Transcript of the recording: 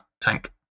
tank